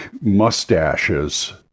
mustaches